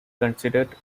considered